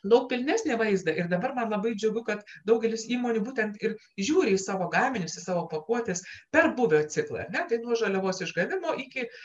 daug pilnesnį vaizdą ir dabar man labai džiugu kad daugelis įmonių būtent ir žiūri į savo gaminius į savo pakuotes per būvio ciklą ar ne tai nuo žaliavos išgavimo iki